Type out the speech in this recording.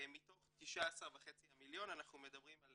מתוך 19.5 המיליון אנחנו מדברים על